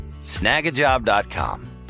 Snagajob.com